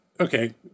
Okay